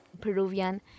Peruvian